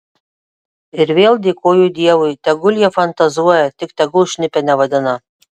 ir vėl dėkoju dievui tegul jie fantazuoja tik tegul šnipe nevadina